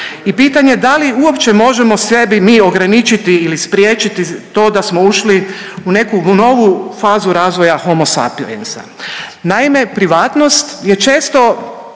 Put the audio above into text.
I pitanje da li uopće možemo sebi mi ograničiti ili spriječiti to da smo ušli u neku novu fazu razvoja homosapiensa. Naime, privatnost je često